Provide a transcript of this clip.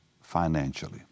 financially